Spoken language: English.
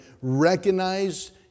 recognized